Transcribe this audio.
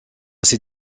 ces